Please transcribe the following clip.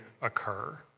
occur